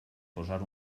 posar